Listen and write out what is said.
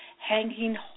hanging